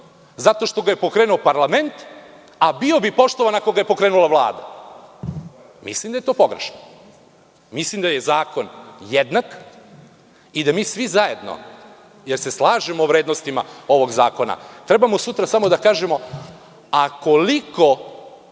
zato što ga je pokrenuo parlament, a bio bi poštovan ako ga je pokrenula Vlada. Mislim da je to pogrešno. Mislim da je zakon jednak i da mi svi zajedno, jer se slažemo o vrednostima ovog zakona, treba sutra samo da kažemo – a koliko